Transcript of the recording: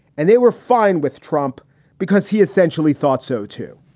and they were fine with trump because he essentially thought so, too.